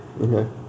Okay